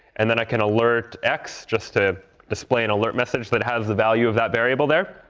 and then i can alert x just to display an alert message that has the value of that variable there.